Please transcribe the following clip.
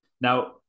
Now